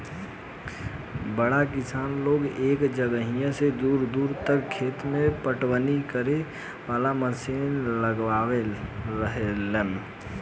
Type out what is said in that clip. बड़ किसान लोग एके जगहिया से दूर दूर तक खेत के पटवनी करे वाला मशीन लगवले रहेलन